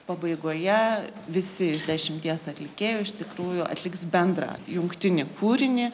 pabaigoje visi iš dešimties atlikėjų iš tikrųjų atliks bendrą jungtinį kūrinį